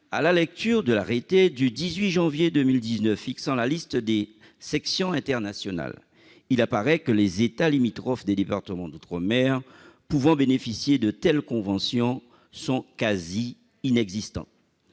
à la lecture de l'arrêté du 18 janvier 2019 fixant la liste des sections internationales, il apparaît que les États limitrophes des départements d'outre-mer pouvant bénéficier de telles conventions sont quasi inexistants.